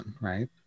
right